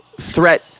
threat